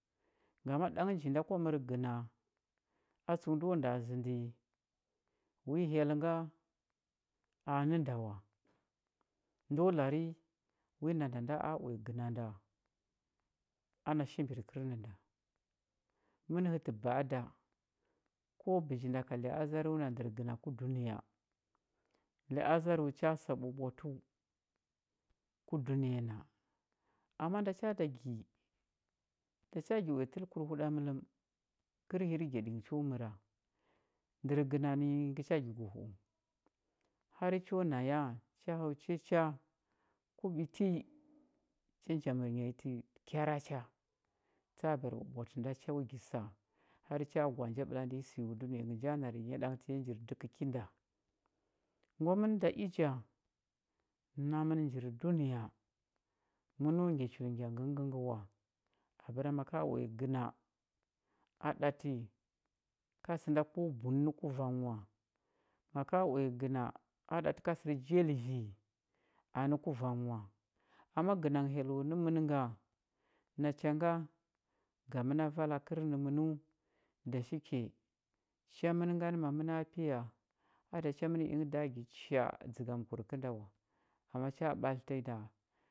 Ngama ɗang nji nda kwa mər gəna a tsəu ndo nda zəndi wi hyell nga nə nda a wa ndo lari wi nanda nda a uya gəna nda ana shembir kərnənda mən hətə ba ada ku bəji nda ka li azaru na ndər gəna ku dunəya li azaru cha sa ɓwaɓwatəu ku dunəya na ama nda cha da gi ngə cha gi uya təlkur huɗamələm kər hirgyaɗi ndər gəna nənyi ngə cha gi go hu u har cho na ya cha hau cha cha ku ɓiti cha njamənya nyi tə kyara tsabar ɓwaɓwatə nda ha gi sa har cha gwa a nja ɓəlandə səyo dunəya na nja nar ya ɗang tanyi njir dəkə ki nda gwa mən da i ja namən jir dunəya məna ngya chul ngya ngəng ngə wa abəra ma ka uya gəna a ɗatə ka sə nda kobu nə nə kuvanghə wa ma ka uya gəna a ɗatə ka sər jalvi anə kuvanghə wa ama gəna ngə hyello nə ən nga nacha ga ga məna vala kərnəməu dashike cha mən nganə ma məna piya a da cha mən ingə da gi cha a dzəgamkur kənda wa ama cha ɓatlətə da,